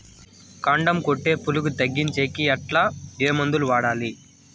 కాండం కొట్టే పులుగు తగ్గించేకి ఎట్లా? ఏ మందులు వాడాలి?